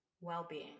well-being